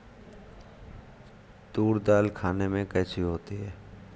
तूर दाल खाने में कैसी होती है?